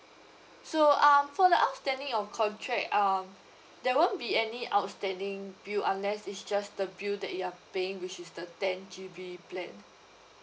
so um for the outstanding of contract um there won't be any outstanding bill unless it's just the bill that you are paying which is the ten G_B plan